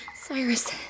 Cyrus